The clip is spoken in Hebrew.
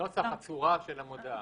הנוסח והצורה של המודעה.